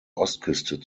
ostküste